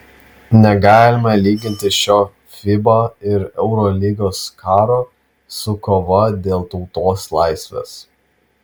negalima lyginti šio fiba ir eurolygos karo su kova dėl tautos laisvės